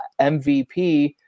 MVP